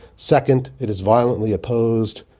second it is violently opposed.